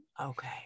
Okay